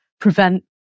prevent